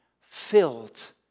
filled